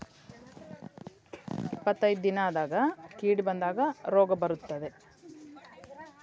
ಗೋಂಜಾಳ ಬೆಳೆಗೆ ಸುಳಿ ರೋಗ ಯಾವಾಗ ಬರುತ್ತದೆ?